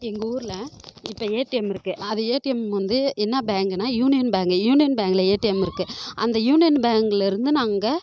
எங்கள் ஊரில் இப்போ ஏடிஎம் இருக்குது அந்த ஏடிஎம் வந்து என்ன பேங்குனால் யூனியன் பேங்கு யூனியன் பேங்கில் ஏடிஎம் இருக்குது அந்த யூனியன் பேங்கில் இருந்து நாங்கள்